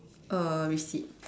uh receipt